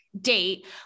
date